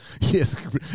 Yes